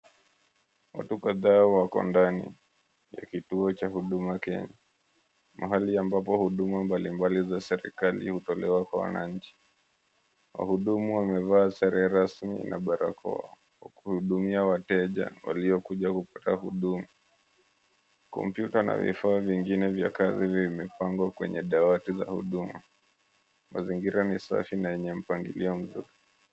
Watu kadhaa wako ndani ya kituo cha Huduma Kenya, mahali ambapo huduma mbalimbali za serikali hutolewa kwa wananchi. Wahudumu wamevaa sare rasmi na barakoa kuhudumia wateja waliokuja kupata huduma. Kompyita na vifaa vingine vya kazi vimepangwa kwenye dawati za huduma. Mazingira ni safi na yenye mpangilio mzuri.